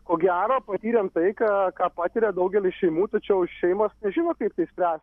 ko gero patyrėm tai ką ką patiria daugelis šeimų tačiau šeimos nežino kaip tai išspręst